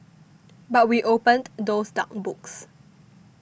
but we opened those dark books